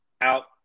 out